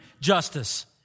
justice